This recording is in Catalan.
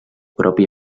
propi